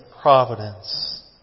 Providence